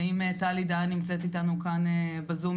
וטלי דהן נמצאת אתנו כאן בזום,